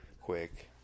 quick